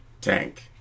Tank